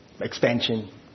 expansion